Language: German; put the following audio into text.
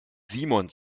simon